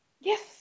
Yes